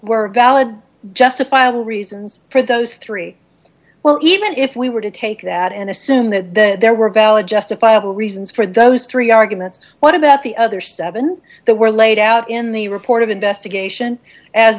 were valid justifiable reasons for those three well even if we were to take that and assume that the there were valid justifiable reasons for those three arguments what about the other seven that were laid out in the report of investigation as